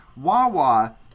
Wawa